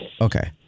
Okay